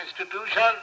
institution